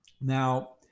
Now